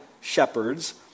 shepherds